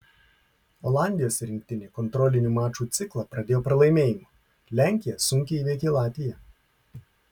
olandijos rinktinė kontrolinių mačų ciklą pradėjo pralaimėjimu lenkija sunkiai įveikė latviją